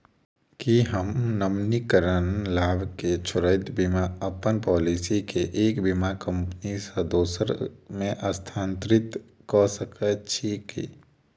की हम नवीनीकरण लाभ केँ छोड़इत बिना अप्पन पॉलिसी केँ एक बीमा कंपनी सँ दोसर मे स्थानांतरित कऽ सकैत छी की?